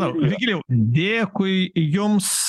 na vigilijau dėkui jums